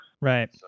right